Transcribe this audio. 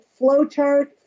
flowchart